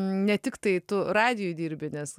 ne tiktai tu radijuj dirbi nes